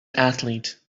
athlete